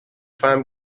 farm